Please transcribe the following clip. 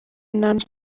none